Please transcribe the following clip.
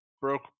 broke